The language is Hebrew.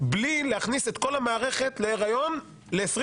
בלי להכניס את כל המערכת להיריון ל-20